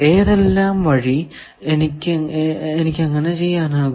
ഏതെല്ലാം വഴി എനിക്കങ്ങനെ ചെയ്യാനാകും